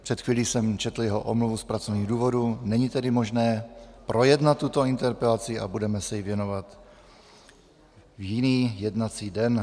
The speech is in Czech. Před chvílí jsem četl jeho omluvu z pracovních důvodů, není tedy možné projednat tuto interpelaci a budeme se jí věnovat v jiný jednací den.